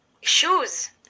Shoes